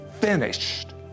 finished